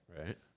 Right